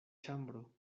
ĉambro